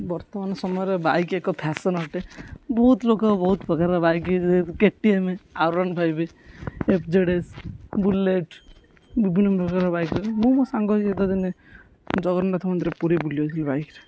ବର୍ତ୍ତମାନ ସମୟରେ ବାଇକ୍ ଏକ ଫ୍ୟାସନ୍ ଅଟେ ବହୁତ ଲୋକ ବହୁତ ପ୍ରକାରର bike KTM R one five FZS Bullet ବିଭିନ୍ନ ପ୍ରକାର ବାଇକ୍ରେ ମୁଁ ମୋ ସାଙ୍ଗ ହେ ଯେତେଦିନେ ଜଗନ୍ନାଥ ମନ୍ଦିର ପୁରୀ ବୁଲି ଯାଇଥିଲୁ ବାଇକ୍ରେ